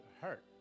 hurt